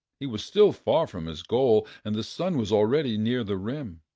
he was still far from his goal, and the sun was already near the rim.